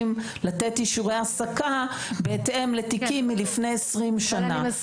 לתת אישורי העסקה בהתאם לתיקים מלפני 20 שנים.